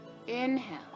Inhale